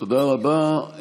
תודה רבה.